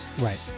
Right